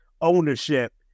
ownership